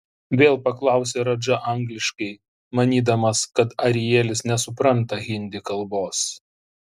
vėl paklausė radža angliškai manydamas kad arielis nesupranta hindi kalbos